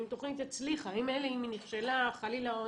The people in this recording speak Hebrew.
מילא אם היא נכשלה חלילה,